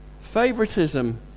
Favoritism